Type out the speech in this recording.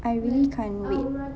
I really can't wait